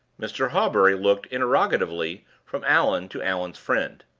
mr. hawbury looked interrogatively from allan to allan's friend.